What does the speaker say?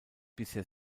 bisher